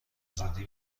زودی